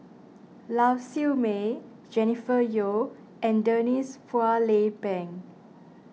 Lau Siew Mei Jennifer Yeo and Denise Phua Lay Peng